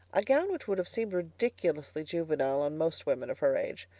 a gown which would have seemed ridiculously juvenile on most women of her age,